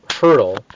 hurdle